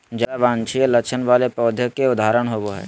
ज्यादा वांछनीय लक्षण वाले पौधों के उदाहरण होबो हइ